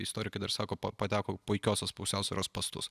istorikai dar sako pa pateko puikiosios pusiausvyros spąstus